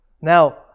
Now